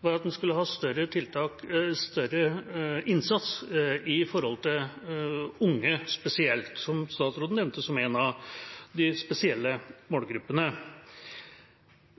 var at en skulle ha større innsats for unge spesielt, som statsråden nevnte som en av de spesielle målgruppene.